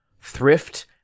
Thrift